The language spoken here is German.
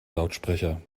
lautsprecher